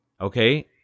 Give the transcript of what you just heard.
Okay